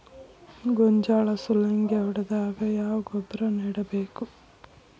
ಗೋಂಜಾಳ ಸುಲಂಗೇ ಹೊಡೆದಾಗ ಯಾವ ಗೊಬ್ಬರ ನೇಡಬೇಕು?